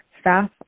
Staff